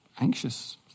anxious